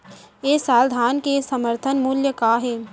ए साल धान के समर्थन मूल्य का हे?